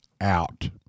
out